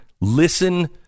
Listen